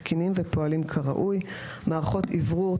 תקינים ופועלים כראוי: מערכות אוורור,